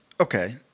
okay